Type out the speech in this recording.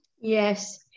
Yes